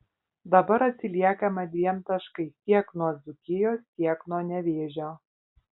dabar atsiliekame dviem taškais tiek nuo dzūkijos tiek nuo nevėžio